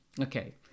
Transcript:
Okay